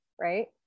right